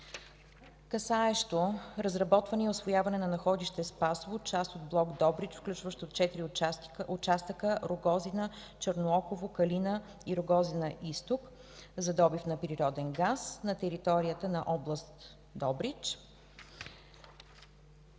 касаещо разработване и усвояване на находище „Спасово”, част от блок „Добрич”, включващо четири участъка – Рогозина, Чернооково, Калина и Рогозина-Изток, за добив на природен газ на територията на област Добрич.